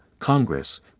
Congress